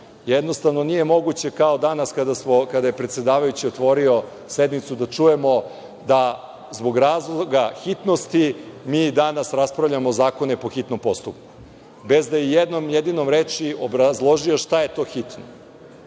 Jednostavno, nije moguće, kao danas kada je predsedavajući otvorio sednicu, da čujemo da zbog razloga hitnosti mi danas raspravljamo zakone po hitnom postupku, bez da je jednom jedinom rečju obrazložio šta je to hitno.